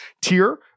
tier